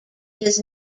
his